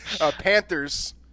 Panthers